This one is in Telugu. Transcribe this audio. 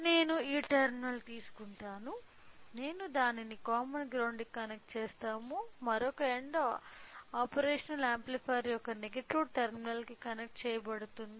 నేను ఈ టెర్మినల్ను తీసుకుంటాను నేను దానిని కామన్ గ్రౌండ్ కి కనెక్ట్ చేస్తాము మరొక ఎండ్ ఆపరేషనల్ యాంప్లిఫైయర్ యొక్క నెగటివ్ టెర్మినల్కు కనెక్ట్ చెయ్యబడుతుంది